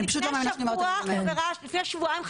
לפני שבועיים,